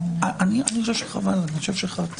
כרגע להמשיך את